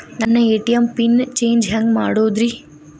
ನನ್ನ ATM pin change ಹೆಂಗ್ ಮಾಡೋದ್ರಿ?